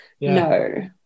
No